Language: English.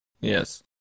Yes